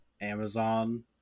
Amazon